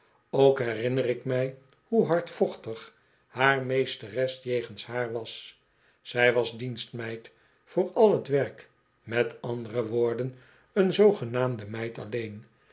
ook herinner ik mij hoe hardvochtig haar meesteres jegens haar was zij was dienstmeid voor al t werk m a w een zoogenaamde meid alleen